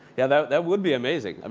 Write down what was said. yeah that that would be amazing. um